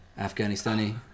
Afghanistani